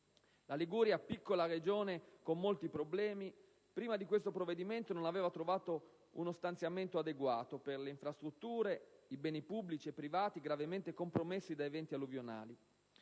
La Liguria, piccola Regione con molti problemi, prima di questo provvedimento non aveva trovato uno stanziamento adeguato per le infrastrutture, i beni pubblici e privati gravemente compromessi da eventi alluvionali.